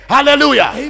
Hallelujah